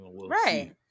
Right